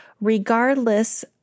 regardless